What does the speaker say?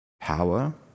power